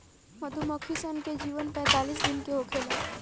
मधुमक्खी सन के जीवन पैतालीस दिन के होखेला